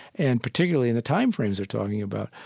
and particularly in the time frames they're talking about.